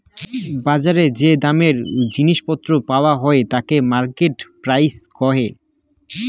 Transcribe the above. বজারে যে দামে জিনিস পত্র পারায় হই তাকে মার্কেট প্রাইস কহে